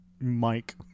Mike